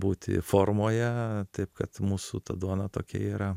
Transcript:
būti formoje taip kad mūsų ta duona tokia yra